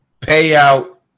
payout